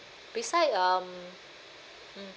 beside um mm